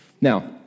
Now